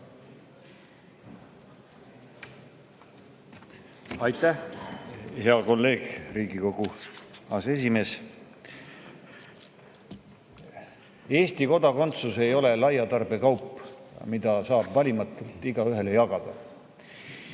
Aitäh, hea kolleeg, Riigikogu aseesimees! Eesti kodakondsus ei ole laiatarbekaup, mida saab valimatult igaühele jagada.